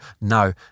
No